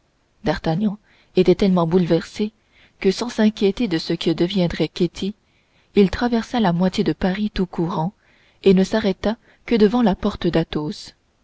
d'artagnan était tellement bouleversé que sans s'inquiéter de ce que deviendrait ketty il traversa la moitié de paris tout en courant et ne s'arrêta que devant la porte d'athos